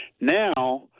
Now